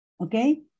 Okay